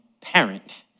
parent